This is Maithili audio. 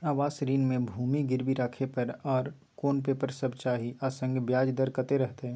आवास ऋण म भूमि गिरवी राखै पर आर कोन पेपर सब चाही आ संगे ब्याज दर कत्ते रहते?